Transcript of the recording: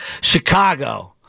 Chicago